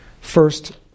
first